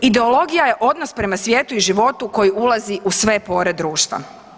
Ideologija je odnos prema svijetu i životu koji ulazi u sve pore društva.